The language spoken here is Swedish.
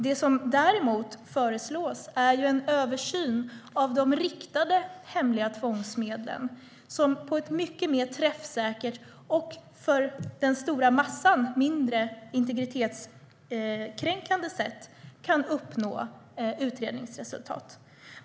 Det som däremot föreslås är en översyn av de riktade hemliga tvångsmedlen som på ett mycket mer träffsäkert och för den stora massan mindre integritetskränkande sätt kan uppnå utredningsresultat.